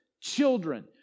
children